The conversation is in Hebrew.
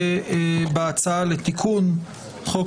בהצעה לתיקון חוק